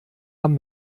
hamm